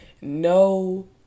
No